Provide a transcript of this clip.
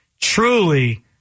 truly